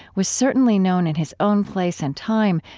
was certainly known in his own place and time,